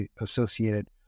associated